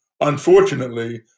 Unfortunately